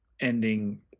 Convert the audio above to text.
ending